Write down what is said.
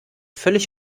völlig